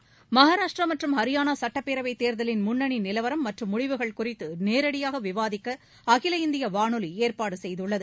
ப் பாராஷ்டிராமற்றும் ஹரியானாசட்டப்பேரவைதேர்தலின் முன்னணிநிலவரம் மற்றும் முடிவுகள் குறித்துநேரடியாகவிவாதிக்கஅகில இந்தியவானொலிஏற்பாடுசெய்துள்ளது